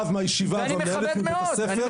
כמו הרב מהישיבה ומנהלת בית הספר,